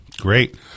Great